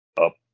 up